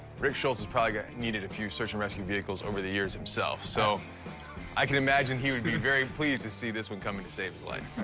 rick shultz probably ah needed a few search and rescue vehicles over the years himself, so i can imagine he would be very pleased to see this one coming to save his life.